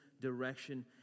direction